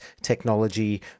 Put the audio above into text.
technology